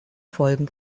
folgen